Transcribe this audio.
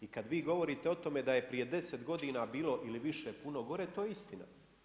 I kada vi govorite o tome da je prije deset godina bilo ili više puno gore, to je istina.